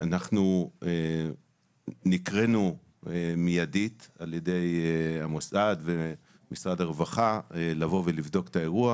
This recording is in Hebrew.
שנקראנו מיידית על ידי המוסד ומשרד הרווחה לבדוק את האירוע,